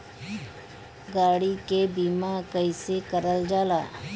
गाड़ी के बीमा कईसे करल जाला?